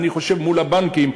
אני חושב מול הבנקים,